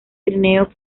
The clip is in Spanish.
trineo